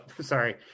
Sorry